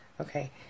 Okay